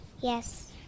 Yes